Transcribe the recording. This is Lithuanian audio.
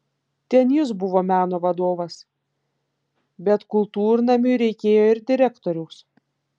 ten jis buvo meno vadovas bet kultūrnamiui reikėjo ir direktoriaus